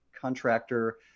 contractor